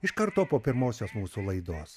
iš karto po pirmosios mūsų laidos